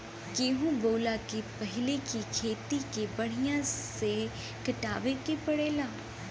गेंहू बोअला के पहिले ही खेत के बढ़िया से पटावे के पड़ेला